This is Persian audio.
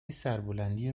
سربلندی